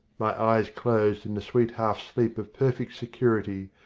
my eyes closed in the sweet half sleep of perfect security,